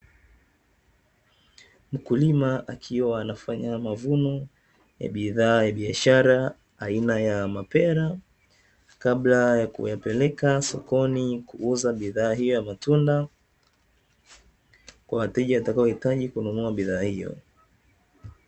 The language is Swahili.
Mkulima akiwa anafanya mavuno ya bidhaa ya biashara aina ya mapera, kabla ya kupeleka sokoni kuuza bidhaa hiyo matunda, kwa wateja watakaohitaji kununua bidhaa hiyo.